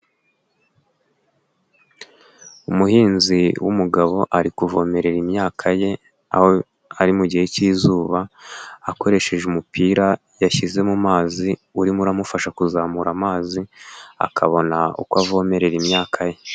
Umuhinzi w'umugabo ari kuvomerera imyaka ye, aho ari mu gihe cy'izuba, akoresheje umupira yashyize mu mazi urimo uramufasha kuzamura amazi, akabona uko avomerera imyaka ye.